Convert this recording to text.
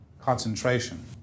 concentration